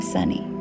Sunny